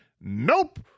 nope